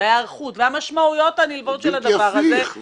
וההיערכות והמשמעויות הנלוות של הדבר הזה --- זה בלתי הפיך,